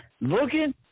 looking